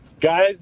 Guys